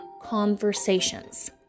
conversations